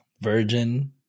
Virgin